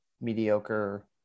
mediocre